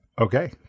Okay